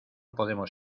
podemos